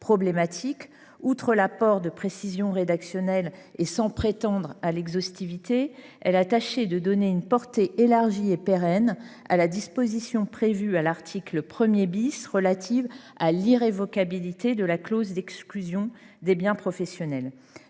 problématiques. Outre l’apport de précisions rédactionnelles et sans prétendre à l’exhaustivité, elle a tâché d’élargir et de pérenniser la portée de la disposition prévue à l’article 1 relative à l’irrévocabilité de la clause d’exclusion des biens professionnels.